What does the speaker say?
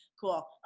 Cool